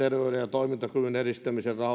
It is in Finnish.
toimintakyvyn edistämisen